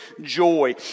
joy